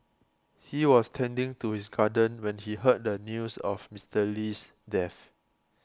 he was tending to his garden when he heard the news of Mister Lee's death